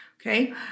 Okay